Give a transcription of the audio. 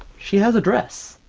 she has a dress!